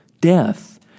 death